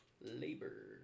Labor